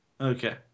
Okay